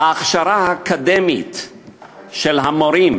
ההכשרה האקדמית של המורים